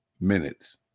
minutes